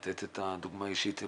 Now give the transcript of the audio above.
לתת את הדוגמה האישית לכולם,